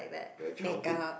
the childhood